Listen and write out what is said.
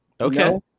Okay